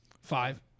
Five